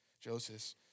Joseph